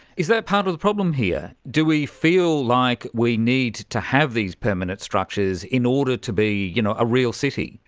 is that part of the problem here? do we feel like we need to have these permanent structures in order to be you know a real city?